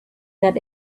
that